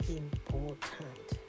important